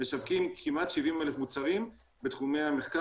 משווקים כמעט 70,000 מוצרים בתחומי המחקר